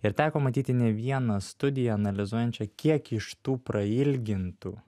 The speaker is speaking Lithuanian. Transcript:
ir teko matyti ne vieną studiją analizuojančią kiek iš tų prailgintų